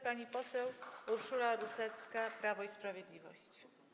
Pani poseł Urszula Rusecka, Prawo i Sprawiedliwość.